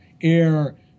air